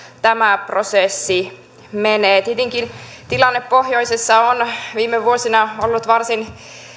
tämä prosessi menee tietenkin tilanne pohjoisessa on viime vuosina ollut varsin